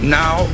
now